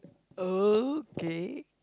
okay